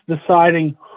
deciding